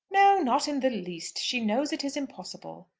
no not in the least. she knows it is impossible.